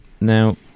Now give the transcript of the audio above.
now